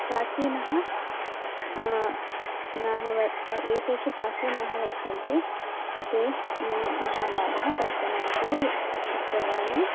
प्राचीनः नाः वर् व एतेषु प्राचीनाः वर्तन्ते ते मा महाभागाः भरतनाट्ये यक्षगाने